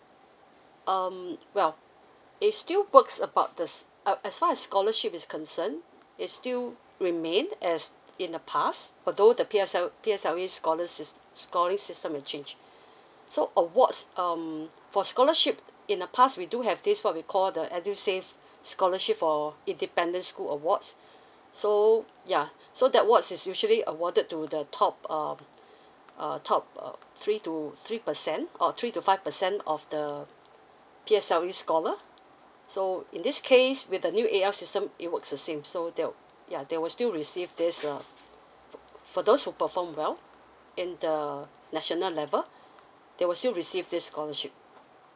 um well is still works about the uh as far as scholarship is concern it's still remain as in the past although the P_S_L P_S_L_E scholar system scoring system is change so awards um for scholarship in a past we do have this what we call the edusave scholarship for independent school awards so ya so that awards is usually awarded to the top um uh top uh three to three percent or three to five percent of the P_S_L_E scholar so in this case with the new A_L system it works the same so that'll ya they will still receive this uh for those who perform well in uh national level they will still receive this scholarship